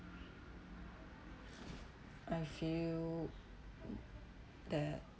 I feel that